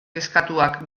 kezkatuak